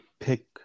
Pick